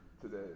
today